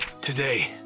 Today